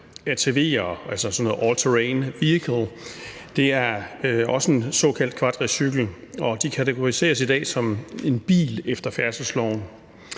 ATV, altså all terrain vehicle, er også en såkaldt quadricykel, og de kategoriseres i dag som en bil efter færdselsloven.